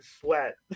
sweat